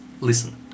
listen